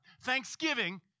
Thanksgiving